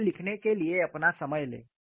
इसे लिखने के लिए अपना समय लें